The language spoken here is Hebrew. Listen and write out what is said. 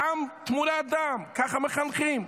דם תמורת דם, ככה מחנכים.